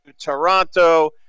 Toronto